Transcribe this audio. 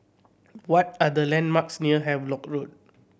what are the landmarks near Havelock Road